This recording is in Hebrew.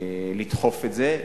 לדחוף את זה,